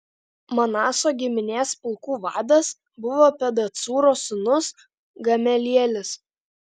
manaso giminės pulkų vadas buvo pedacūro sūnus gamelielis